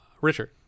Richard